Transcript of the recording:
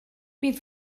bydd